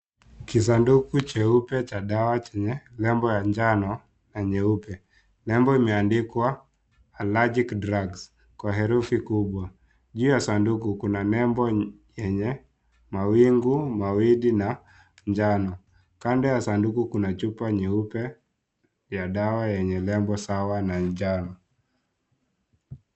Kisanduku cha dawa cheupe chenye nembo ya njano na nyeupe. Nembo imeandikwa Allergic drugs kwa herufi kubwa. Juu ya sanduku kuna nembo yenye mawingu , mawidi na njano. Kando ya sanduku kuna chupa nyeupe ya dawa yenye nembo sawa ya njano.